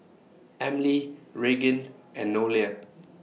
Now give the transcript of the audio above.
Emely Regan and Nolia